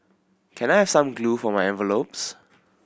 can I have some glue for my envelopes